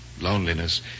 loneliness